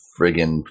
friggin